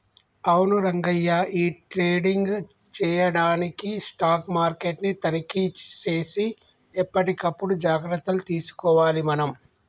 అవును రంగయ్య ఈ ట్రేడింగ్ చేయడానికి స్టాక్ మార్కెట్ ని తనిఖీ సేసి ఎప్పటికప్పుడు జాగ్రత్తలు తీసుకోవాలి మనం